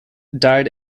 died